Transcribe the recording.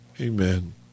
amen